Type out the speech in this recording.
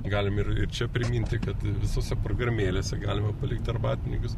galim ir ir čia priminti kad visose programėlėse galima palikti arbatpinigius